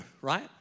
right